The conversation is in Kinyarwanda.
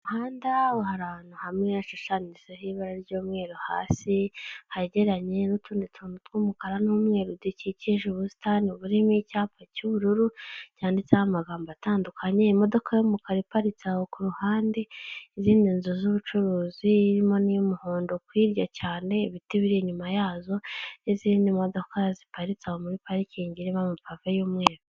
Umuhanda hari ahantu hamwe hashushanyijeho ibara ry'umweru hasi, hegeranye n'utundi tuntu tw'umukara n'umweru dukikije ubusitani burimo icyapa cy'ubururu cyanditseho amagambo atandukanye, imodoka y'umukara iparitse aho kuruhande, izindi nzu z'ubucuruzi zirimo n'iy'umuhondo hirya cyane, ibiti biri inyuma yazo, n'izindi modoka ziparitse aho muri parikingi irimo amapave y'umweru.